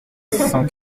cent